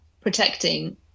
protecting